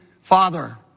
Father